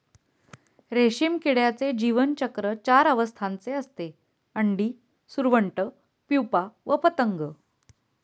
रेशीम किड्याचे जीवनचक्र चार अवस्थांचे असते, अंडी, सुरवंट, प्युपा व पतंग